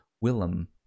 Willem